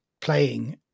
playing